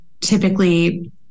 typically